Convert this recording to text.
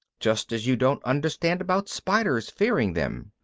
just as you don't understand about spiders, fearing them.